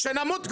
שנמות כבר,